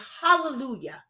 hallelujah